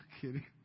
kidding